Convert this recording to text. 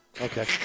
Okay